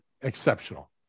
exceptional